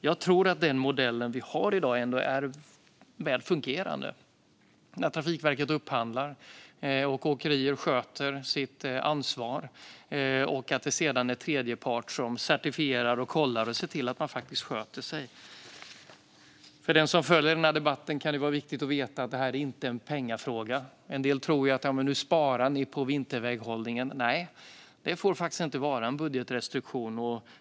Jag tror att den modell vi har i dag ändå är väl fungerande, där Trafikverket upphandlar, åkerier sköter sitt ansvar och tredje part sedan certifierar och kollar och ser till att man sköter sig. För den som följer denna debatt kan det vara viktigt att veta att detta inte är en pengafråga. En del tror att det sparas på vinterväghållningen. Nej, det får faktiskt inte finnas en budgetrestriktion.